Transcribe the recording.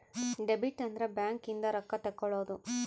debit ಅಂದ್ರ bank ಇಂದ ರೊಕ್ಕ ತೆಕ್ಕೊಳೊದು